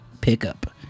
pickup